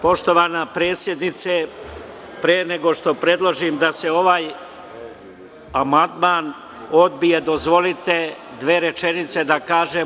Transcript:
Poštovana predsednice, pre nego što predložim da se ovaj amandman odbije, dozvolite dve rečenice da kažem.